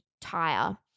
tire